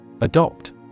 Adopt